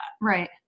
Right